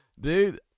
Dude